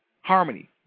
harmony